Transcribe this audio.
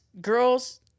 girls